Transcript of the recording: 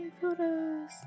photos